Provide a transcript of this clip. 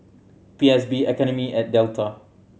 P S B Academy at Delta